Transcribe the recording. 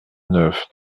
neuf